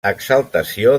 exaltació